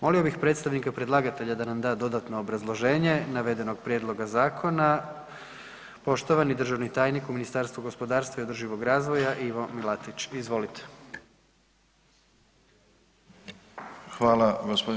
Molio bih predstavnika predlagatelja da nam da dodatno obrazloženje navedenog prijedloga zakona, poštovani državni tajnik u Ministarstvu gospodarstva i održivog razvoja Ivo Milatić, izvolite.